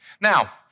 Now